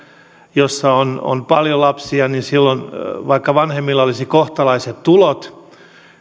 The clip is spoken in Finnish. jossa on on paljon lapsia niin vaikka vanhemmilla olisi kohtalaiset tulot